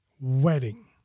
wedding